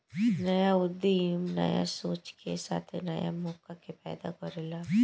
न्या उद्यमी न्या सोच के साथे न्या मौका के पैदा करेला